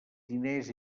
diners